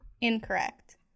incorrect